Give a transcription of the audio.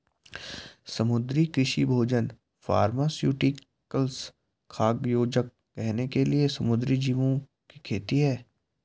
समुद्री कृषि भोजन फार्मास्यूटिकल्स, खाद्य योजक, गहने के लिए समुद्री जीवों की खेती है